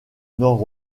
nord